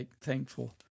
thankful